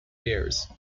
pairs